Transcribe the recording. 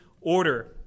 order